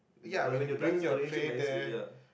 like when you're done just arrange it nicely ya